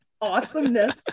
awesomeness